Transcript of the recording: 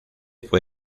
fue